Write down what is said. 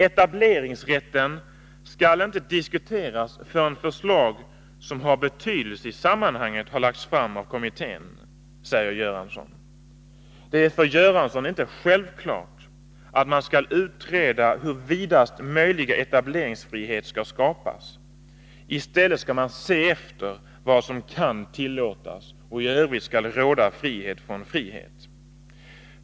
Etableringsrätten skall inte diskuteras förrän förslag som har betydelse i sammanhanget har lagts fram av kommittén, säger Bengt Göransson. Det är för Bengt Göransson inte självklart att man skall utreda hur vidast möjliga etableringsfrihet skall skapas. I stället skall man se efter vad som kan tillåtas, och i övrigt skall det råda frihet från frihet.